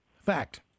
Fact